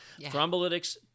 Thrombolytics